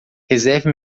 reserve